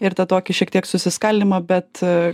ir tą tokį šiek tiek susiskaldymą bet